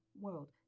world